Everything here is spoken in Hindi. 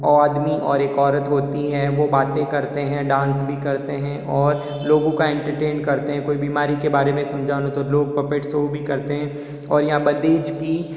आदमी और एक औरत होती हैं वो बाते करते हैं डांस भी करते हें और लोगों का एंटरटेन करते हैं कोई बीमारी के बारे में समझाना हो तो लोग पपेट शो भी करते हैं और यहाँ बंधेज की